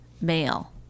male